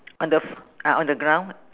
on the fl~ ah on the ground